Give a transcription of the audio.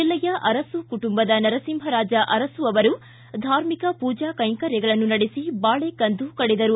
ಜಿಲ್ಲೆಯ ಅರಸು ಕುಟುಂಬದ ನರಸಿಂಹರಾಜ ಅರಸು ಅವರು ಧಾರ್ಮಿಕ ಪೂಜಾ ಕೈಂಕರ್ಯಗಳನ್ನು ನಡೆಸಿ ಬಾಳೆ ಕಂದು ಕಡಿದರು